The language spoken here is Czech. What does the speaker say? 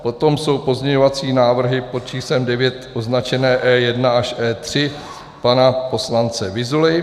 Potom jsou pozměňovací návrhy pod číslem devět označené E1 až E3 pana poslance Vyzuly.